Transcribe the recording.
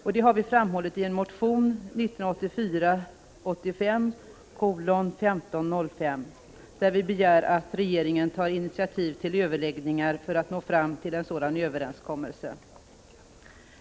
Detta har vi framhållit i en motion 1984/ 85:1505, där vi begär att regeringen tar initiativ till överläggningar för att nå fram till en sådan överenskommelse.